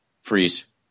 freeze